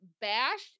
bashed